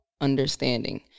understanding